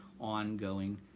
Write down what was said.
ongoing